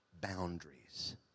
boundaries